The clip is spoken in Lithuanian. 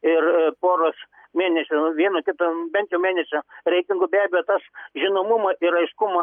ir poros mėnesių vieno kito bent jau mėnesio reitingų be abejo tas žinomumą ir aiškumą